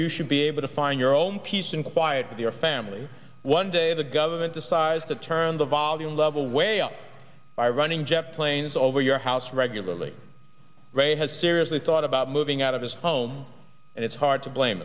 you should be able to find your own peace and quiet with your family one day the government decides to turn the volume level weyl by running jet planes over your house regularly has seriously thought about moving out of his home and it's hard to blame